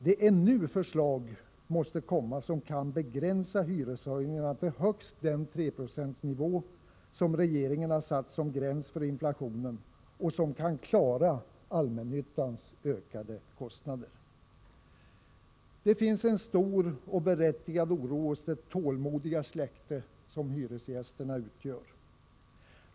Det är nu förslag måste komma som kan begränsa hyreshöjningarna till högst den 3-procentsnivå som regeringen har satt som gräns för inflationen och som kan klara allmännyttans ökade kostnader. Det finns en stor och berättigad oro hos det tålmodiga släkte som hyresgästerna utgör.